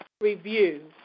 review